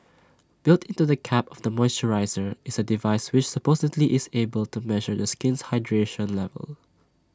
built into the cap of the moisturiser is A device which supposedly is able to measure the skin's hydration levels